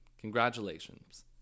congratulations